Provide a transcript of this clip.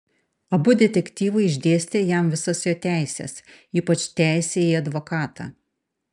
abu detektyvai išdėstė jam visas jo teises ypač teisę į advokatą